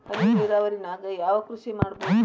ಹನಿ ನೇರಾವರಿ ನಾಗ್ ಯಾವ್ ಕೃಷಿ ಮಾಡ್ಬೋದು?